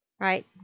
Right